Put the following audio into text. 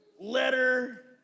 letter